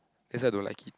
that's why I don't like it